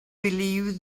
believe